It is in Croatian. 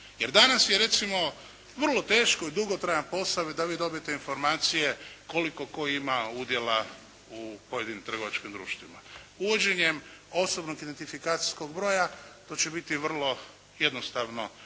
Jer danas je recimo vrlo teško i dugotrajan posao da vi dobijete informacije koliko tko ima udjela u pojedinim trgovačkim društvima. Uvođenjem osobnog identifikacijskog broja to će biti vrlo jednostavno